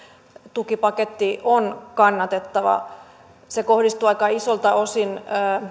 tukipaketti on kannatettava se kohdistuu aika isolta osin